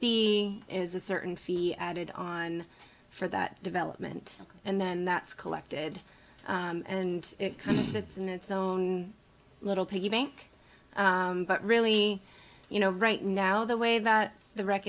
be is a certain feel added on for that development and then that's collected and that's in its own little piggy bank but really you know right now the way that the wreck